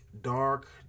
Dark